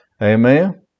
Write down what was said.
Amen